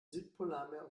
südpolarmeer